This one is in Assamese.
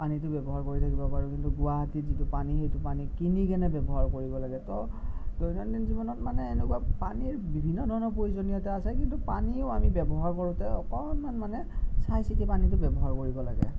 পানীটো ব্যৱহাৰ কৰি থাকিব পাৰোঁ কিন্তু গুৱাহাটীত যিটো পানী সেইটো পানী কিনি কেনে ব্যৱহাৰ কৰিব লাগে ত' দৈনন্দিন জীৱনত এনেকুৱা মানে পানীৰ বিভিন্ন ধৰণৰ প্ৰয়োজনীয়তা আছে কিন্তু পানীও আমি ব্যৱহাৰ কৰোঁতে অকণমান মানে চাই চিতি পানীটো মানে ব্যৱহাৰ কৰিব লাগে